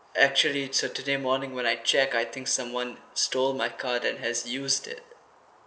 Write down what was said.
actually saturday morning when I checked I think someone stole my card and has used it